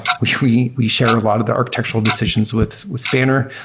which we we share a lot of the architectural decisions with. with spanner,